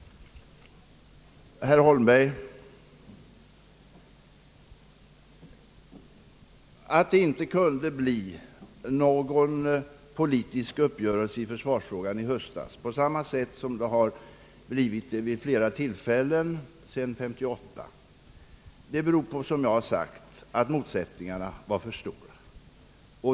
Att det inte kunde bli någon politisk uppgörelse i försvarsfrågan i höstas, herr Holmberg, på samma sätt som vid flera tillfällen sedan 1958, beror som jag har sagt på att motsättningarna är för stora.